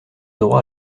droit